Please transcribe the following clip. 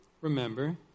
remember